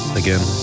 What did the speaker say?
again